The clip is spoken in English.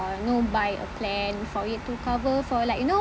you know buy a plan for it to cover for like you know